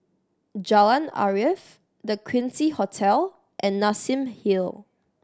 Jalan Arif The Quincy Hotel and Nassim Hill